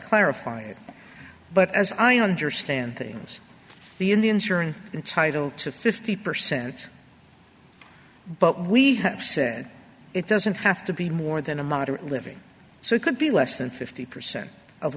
clarify it but as i understand things the indians are in title to fifty percent but we have said it doesn't have to be more than a moderate living so it could be less than fifty percent of